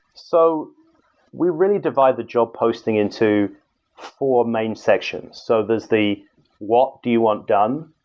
so we really divide the job posting into four main sections. so there's the what do you want done?